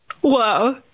Whoa